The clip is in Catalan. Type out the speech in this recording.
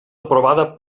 aprovada